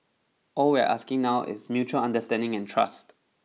all we're asking for now is mutual understanding and trust